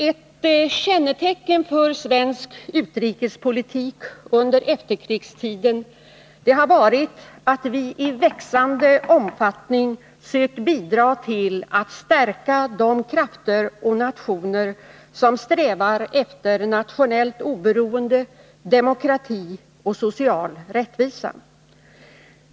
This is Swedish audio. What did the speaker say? Ett kännetecken för svensk utrikespolitik under efterkrigstiden har varit att vi i växande omfattning sökt bidra till att stärka de krafter och de nationer som strävar efter nationellt oberoende, demokrati och social rättvisa.